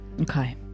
Okay